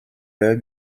leur